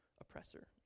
oppressor